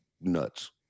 nuts